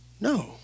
No